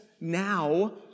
now